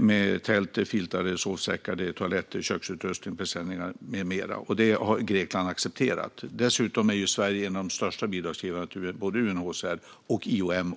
med tält, filtar, sovsäckar, toaletter, köksutrustning, presenningar med mera. Det har Grekland accepterat. Dessutom är Sverige en av de största bidragsgivarna både till UNHCR och IOM.